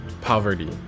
poverty